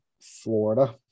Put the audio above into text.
Florida